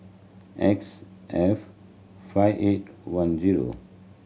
X F five eight one zero